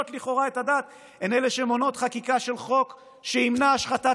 לכאורה את הדת הן שמונעות חקיקה של חוק שימנע השחתת